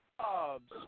jobs